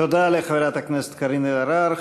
תודה לחברת הכנסת קארין אלהרר.